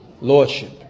Lordship